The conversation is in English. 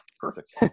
Perfect